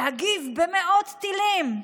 להגיב במאות טילים,